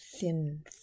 thin